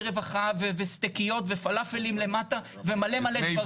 רווחה וסטקיות ופלאפלים למטה ומלא מלא דברים.